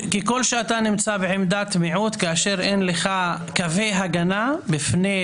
ככל שאתה נמצא בעמדת מיעוט כאשר אין לך קווי הגנה בפני,